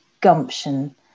gumption